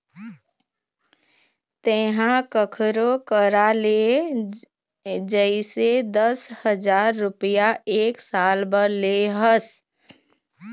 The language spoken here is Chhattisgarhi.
तेंहा कखरो करा ले जइसे दस हजार रुपइया एक साल बर ले हस